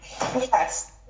Yes